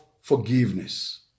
forgiveness